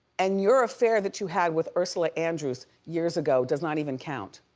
and your affair that you had with ursula andrews years ago does not even count.